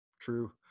True